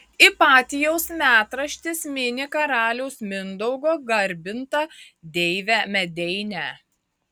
ipatijaus metraštis mini karaliaus mindaugo garbintą deivę medeinę